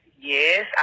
Yes